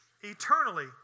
eternally